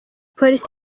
polisi